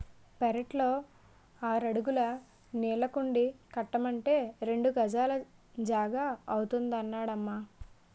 పెరట్లో ఆరడుగుల నీళ్ళకుండీ కట్టమంటే రెండు గజాల జాగా అవుతాదన్నడమ్మా